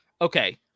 Okay